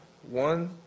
One